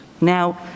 Now